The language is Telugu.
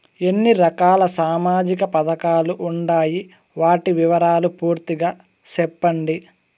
ఎన్ని రకాల సామాజిక పథకాలు ఉండాయి? వాటి వివరాలు పూర్తిగా సెప్పండి?